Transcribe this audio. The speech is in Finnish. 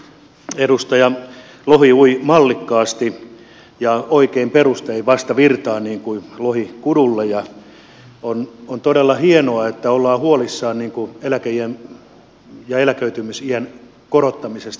edustaja lohi ui mallikkaasti ja oikein perustein vastavirtaan niin kuin lohi kudulle ja on todella hienoa että ollaan huolissaan eläkeiän ja eläköitymisiän korottamisesta